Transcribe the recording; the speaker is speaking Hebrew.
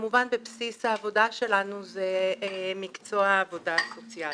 וכמובן בבסיס העבודה שלנו זה מקצוע העבודה הסוציאלית.